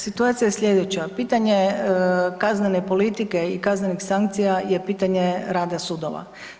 Situacija je slijedeća, pitanje kaznene politike i kaznenih sankcija je pitanje rada sudova.